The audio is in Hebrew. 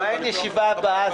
זו שאלה טובה.